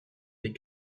des